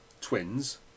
twins